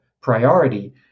priority